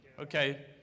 Okay